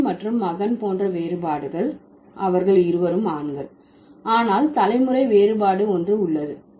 தந்தை மற்றும் மகன் போன்ற வேறுபாடுகள் அவர்கள் இருவரும் ஆண்கள் ஆனால் தலைமுறை வேறுபாடு ஒன்று உள்ளது